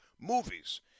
movies